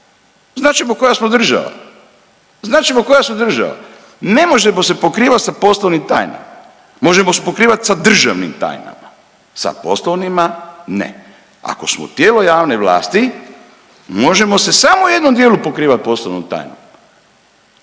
znat ćemo koja smo država. Ne možemo se pokrivati sa poslovnim tajnama, možemo se pokrivati sa državnim tajnama, sa poslovnima ne. Ako smo tijelo javne vlasti možemo se samo u jednom dijelu pokrivati poslovnom tajnom